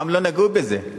פעם לא נגעו בזה.